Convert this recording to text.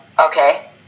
okay